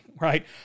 right